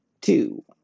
two